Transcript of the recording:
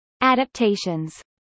Adaptations